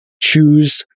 choose